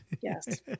Yes